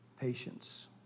patience